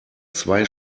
zwei